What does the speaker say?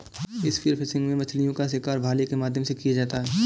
spear fishing में मछलीओं का शिकार भाले के माध्यम से किया जाता है